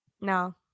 No